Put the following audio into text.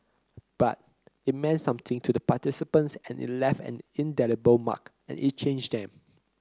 but it meant something to the participants and it left an indelible mark and it changed them